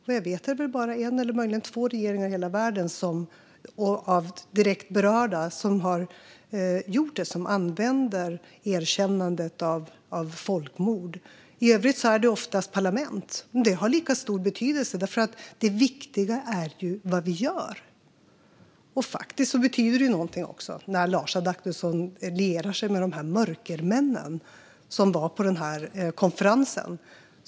Vad jag vet är det bara en eller möjligen två regeringar i hela världen, av direkt berörda, som använder erkännandet av folkmord. I övrigt är det oftast parlament som gör det. Men det har lika stor betydelse. Det viktiga är ju vad vi gör. Det betyder också någonting när Lars Adaktusson lierar sig med de här mörkermännen, som var på den konferensen.